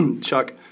Chuck